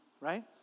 right